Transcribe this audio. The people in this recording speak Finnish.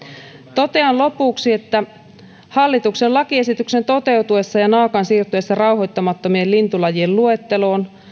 totean lopuksi että hallituksen lakiesityksen toteutuessa ja naakan siirtyessä rauhoittamattomien lintulajien luetteloon